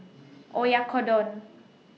Oyakodon